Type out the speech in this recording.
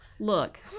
Look